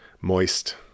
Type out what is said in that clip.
moist